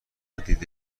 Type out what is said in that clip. دیده